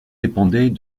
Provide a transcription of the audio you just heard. dépendait